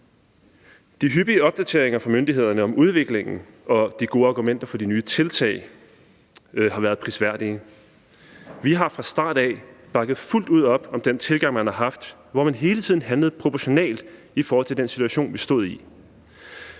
De hyppige opdateringer fra myndighederne om udviklingen og de gode argumenter for de nye tiltag har været prisværdige. Vi har fra start af bakket fuldt ud op om den tilgang, man har haft, hvor man hele tiden har handlet proportionalt i forhold til den situation, vi stod i.